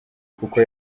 kuko